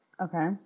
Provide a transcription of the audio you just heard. Okay